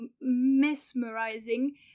mesmerizing